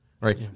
right